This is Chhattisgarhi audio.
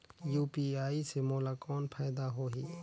यू.पी.आई से मोला कौन फायदा होही?